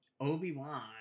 Obi-Wan